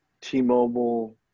T-Mobile